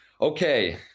Okay